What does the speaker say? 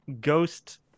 ghost